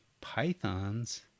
pythons